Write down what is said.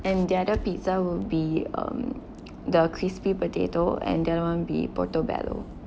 and the other pizza will be um the crispy potato and the other one be portobello